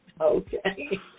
Okay